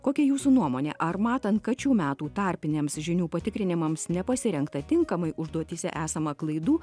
kokia jūsų nuomonė ar matant kad šių metų tarpiniams žinių patikrinimams nepasirengta tinkamai užduotyse esama klaidų